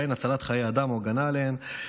הצלת חיי אדם או הגנה עליהם,